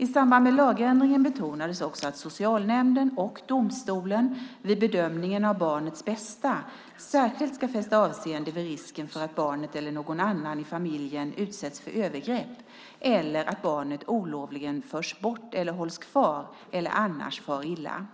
I samband med lagändringen betonades också att socialnämnden och domstolen vid bedömningen av barnets bästa särskilt ska fästa avseende vid risken för att barnet eller någon annan i familjen utsätts för övergrepp eller att barnet olovligen förs bort eller hålls kvar eller annars far illa.